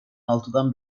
altıdan